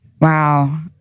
Wow